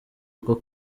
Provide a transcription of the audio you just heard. uku